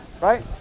right